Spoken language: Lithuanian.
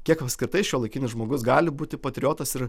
kiek apskritai šiuolaikinis žmogus gali būti patriotas ir